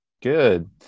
Good